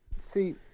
See